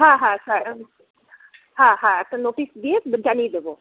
হ্যাঁ হ্যাঁ স্যার হ্যাঁ হ্যাঁ একটা নোটিশ দিয়ে জানিয়ে দেবো